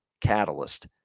catalyst